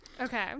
Okay